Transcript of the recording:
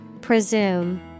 Presume